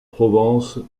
provence